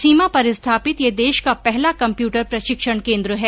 सीमा पर स्थापित यह देश का पहला कम्प्यूटर प्रशिक्षण केन्द्र है